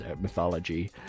mythology